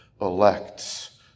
elects